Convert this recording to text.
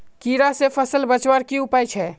कीड़ा से फसल बचवार की उपाय छे?